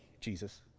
Jesus